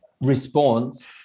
response